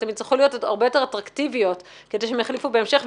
הן יצטרכו להיות הרבה יותר אטרקטיביות כדי שיחליפו בהמשך.